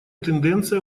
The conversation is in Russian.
тенденция